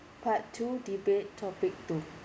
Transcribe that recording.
part two debate topic two